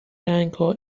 رنگها